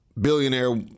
billionaire